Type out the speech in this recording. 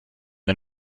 den